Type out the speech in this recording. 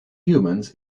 humans